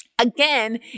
Again